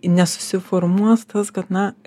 nesusiformuos tas kad na